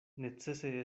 necese